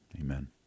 Amen